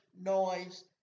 noise